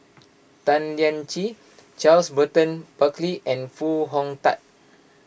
Tan Lian Chye Charles Burton Buckley and Foo Hong Tatt